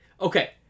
Okay